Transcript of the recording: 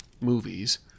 movies